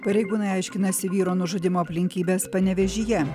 pareigūnai aiškinasi vyro nužudymo aplinkybes panevėžyje